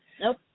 Nope